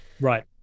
Right